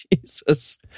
Jesus